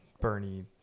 Bernie